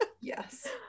Yes